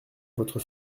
votre